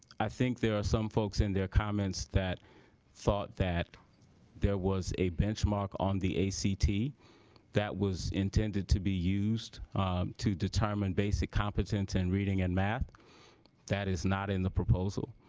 i think there are some folks in there comments that thought that there was a benchmark on the ac t that was intended to be used to determine basic competence and reading and math that is not in the proposal